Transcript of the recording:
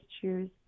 choose